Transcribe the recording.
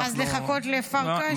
אוקיי, אז לחכות לפרקש?